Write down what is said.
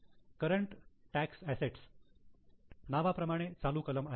current tax assets नावाप्रमाणे चालू कलम आहेत